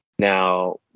Now